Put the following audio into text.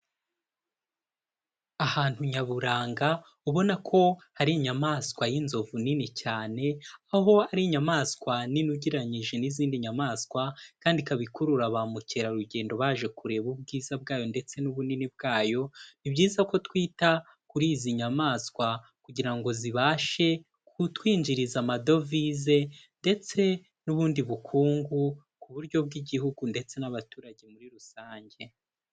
Ahantu nyaburanga ubona ko hari inyamaswa y'inzovu nini cyane, aho ari inyamaswa nini ugereranyije n'izindi nyamaswa kandi ikaba ikurura ba mukerarugendo baje kureba ubwiza bwayo ndetse n'ubunini bwayo, ni byiza ko twita kuri izi nyamaswa kugira ngo zibashe kutwinjiriza amadovize ndetse n'ubundi bukungu ku buryo bw'Igihugu ndetse n'abaturage muri rusange.